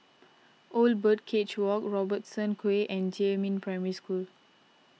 Old Birdcage Walk Robertson Quay and Jiemin Primary School